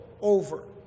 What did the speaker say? over